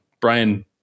Brian